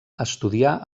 estudià